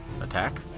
attack